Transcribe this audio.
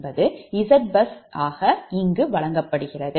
இது என்று வழங்கப்படுகிறது